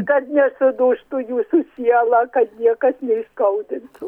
kad nesudūžtų jūsų siela kad niekas neįskaudintų